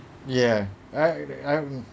yeah I I